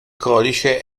codice